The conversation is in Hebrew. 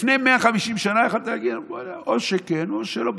לפני 150 שנה יכולת להגיד או שכן או שלא.